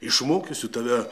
išmokysiu tave